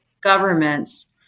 governments